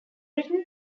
written